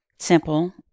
simple